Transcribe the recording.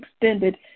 extended